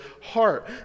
heart